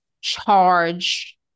Charge